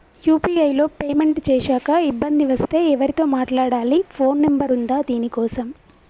UPI లో payment చేశాక ఇబ్బంది వస్తే ఎవరితో మాట్లాడాలి? ఫోన్ నంబర్ ఉందా దీనికోసం?